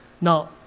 Now